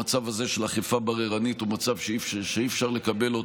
המצב הזה של אכיפה בררנית הוא מצב שאי-אפשר לקבל,